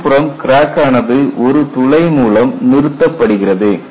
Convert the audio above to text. மறுபுறம் கிராக் ஆனது ஒரு துளை மூலம் நிறுத்தப்படுகிறது